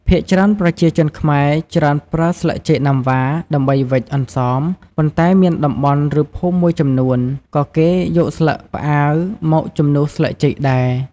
ភាគច្រើនប្រជាជនខ្មែរ ច្រើនប្រើស្លឹកចេកណាំវ៉ា ដើម្បីវេច «អន្សម» ប៉ុន្តែមានតំបន់ ឬភូមិមួយចំនួន ក៏គេយកស្លឹកផ្អាវមកជំនួសស្លឹកចេកដែរ។